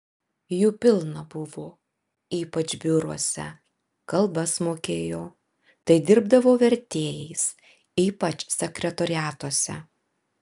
jų pilna buvo ypač biuruose kalbas mokėjo tai dirbdavo vertėjais ypač sekretoriatuose